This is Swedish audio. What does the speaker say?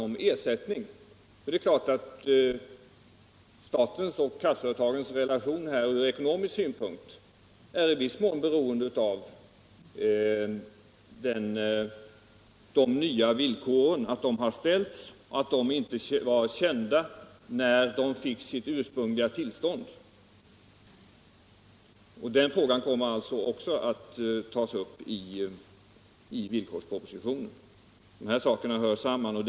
— 11 november 1976 Det är klart att statens och kraftföretagens relationer från ekonomisk IL synpunkt i viss mån måste bedömas med hänsyn till att de här villkoren — Om den framtida inte hade ställts tidigare och alltså inte var kända när kraftföretagen fick — sysselsättningen för det ursprungliga tillståndet.